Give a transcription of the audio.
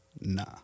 Nah